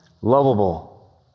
lovable